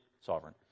sovereign